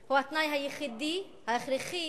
היא התנאי היחידי, ההכרחי